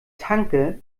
tanke